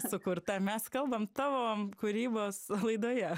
sukurta mes kalbam tavo kūrybos laidoje